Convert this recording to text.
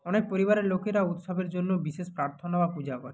অনেক পরিবারের লোকেরা উৎসবের জন্য বিশেষ প্রার্থনা বা পূজা করে